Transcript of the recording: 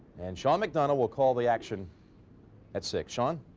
and sean mcdonough will call the action at six. sean.